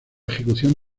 ejecución